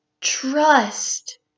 trust